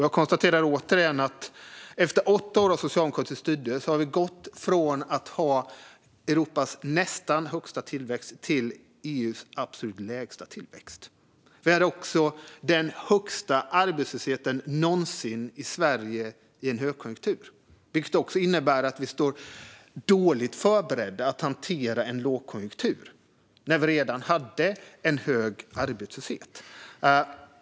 Jag konstaterar återigen att vi efter åtta år av socialdemokratiskt styre har gått från att ha Europas nästan högsta tillväxt till att ha EU:s absolut lägsta tillväxt. Vi hade också den högsta arbetslösheten någonsin i Sverige i en högkonjunktur. Det innebär att vi står dåligt förberedda att hantera en lågkonjunktur när vi redan hade en hög arbetslöshet.